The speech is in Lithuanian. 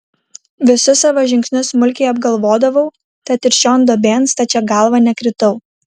visus savo žingsnius smulkiai apgalvodavau tad ir šion duobėn stačia galva nekritau